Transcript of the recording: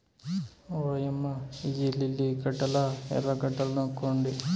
ఓయమ్మ ఇయ్యి లిల్లీ గడ్డలా ఎర్రగడ్డలనుకొంటి